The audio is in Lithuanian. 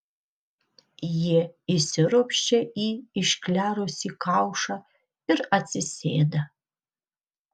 jie įsiropščia į išklerusį kaušą ir atsisėda